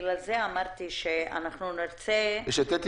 בגלל זה אמרתי שנרצה --- יש את אתי